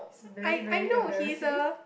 very very embarrassing